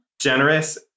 Generous